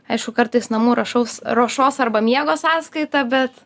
aišku kartais namų rašaus ruošos arba miego sąskaita bet